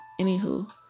anywho